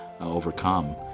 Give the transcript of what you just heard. overcome